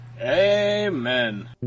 Amen